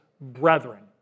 brethren